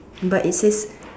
but it says